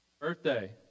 birthday